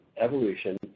evolution